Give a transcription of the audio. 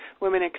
women